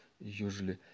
usually